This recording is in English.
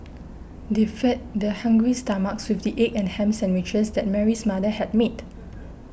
they fed their hungry stomachs with the egg and ham sandwiches that Mary's mother had made